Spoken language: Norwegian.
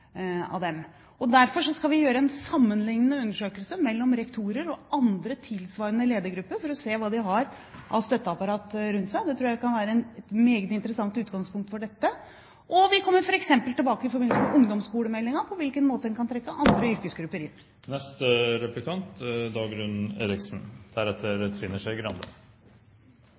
av dem. Vi skal gjøre en sammenlignende undersøkelse blant rektorer og andre tilsvarende ledergrupper for å se hva de har av støtteapparat rundt seg. Det tror jeg kan være et meget interessant utgangspunkt for dette. Og vi kommer tilbake, f.eks. i forbindelse med ungdomsskolemeldingen, for å se på på hvilken måte man kan trekke andre yrkesgrupper